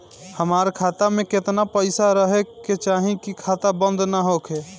हमार खाता मे केतना पैसा रहे के चाहीं की खाता बंद ना होखे?